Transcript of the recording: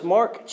Mark